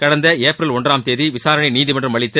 கடந்த ஏப்ரல் ஒன்றாம் தேதி விசாரணை நீதிமன்றம் அளித்த